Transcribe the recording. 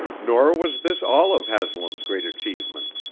nor was this all of haslam's great achievement.